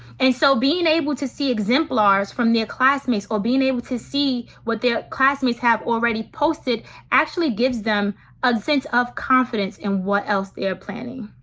and so being able to see exemplars from their classmates or being able to see what their classmates have already posted actually gives them a sense of confidence in what else they're planning.